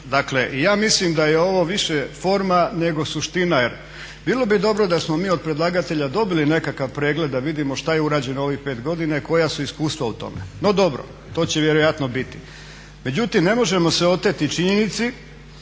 dakle i ja mislim da je ovo više forma nego suština. Jer bilo bi dobro da smo mi od predlagatelja dobili nekakav pregled da vidimo što je urađeno u ovih pet godina i koja su iskustva u tome. No, dobro, to će vjerojatno biti. Međutim, ne možemo se oteti činjenici